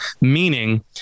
Meaning